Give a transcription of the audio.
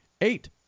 eight